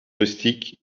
rustique